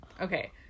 okay